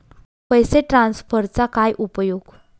पैसे ट्रान्सफरचा काय उपयोग?